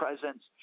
presence